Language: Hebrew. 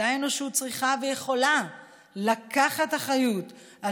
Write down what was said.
אותה אנושות צריכה ויכולה לקחת אחריות על